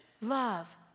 Love